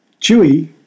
Chewie